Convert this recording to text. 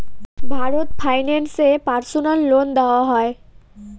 Bharat finance এ personal loan দেওয়া হয়?